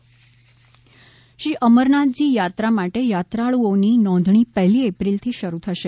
અમરનાથ યાત્રા શ્રી અમરનાથજી યાત્રા માટે યાત્રાળુઓની નોંધણી પહેલી એપ્રિલથી શરૂ થશે